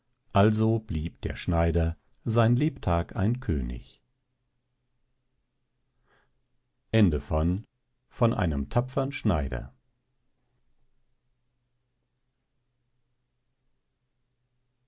also blieb der schneider sein lebtag ein könig